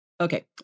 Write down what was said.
Okay